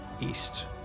east